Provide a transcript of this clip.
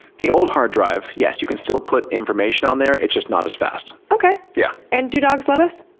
the old hard drive, yes, you can still put information on there, it's just not as fast. okay, yeah and do dogs love us?